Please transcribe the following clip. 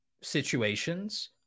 situations